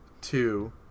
two